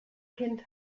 kind